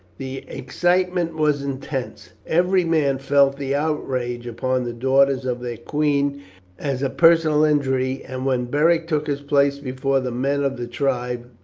the excitement was intense. every man felt the outrage upon the daughters of their queen as a personal injury, and when beric took his place before the men of the tribe,